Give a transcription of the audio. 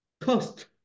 cost